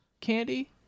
candy